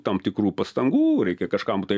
tam tikrų pastangų reikia kažkam tai